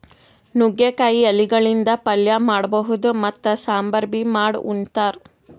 ನುಗ್ಗಿಕಾಯಿ ಎಲಿಗಳಿಂದ್ ಪಲ್ಯ ಮಾಡಬಹುದ್ ಮತ್ತ್ ಸಾಂಬಾರ್ ಬಿ ಮಾಡ್ ಉಂತಾರ್